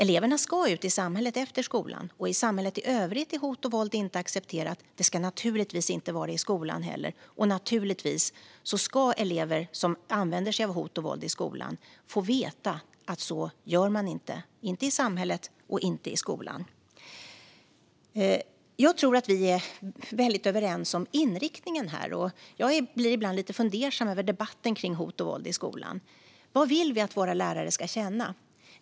Eleverna ska ut i samhället efter skolan. I samhället i övrigt är hot och våld inte accepterat. Det ska naturligtvis inte vara accepterat i skolan heller. Naturligtvis ska elever som använder sig av hot och våld i skolan få veta att man inte gör så, inte i samhället och inte i skolan. Vi är överens om inriktningen. Jag blir ibland lite fundersam över debatten om hot och våld i skolan. Vad vill vi att våra lärare ska känna?